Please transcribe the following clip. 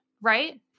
Right